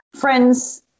Friends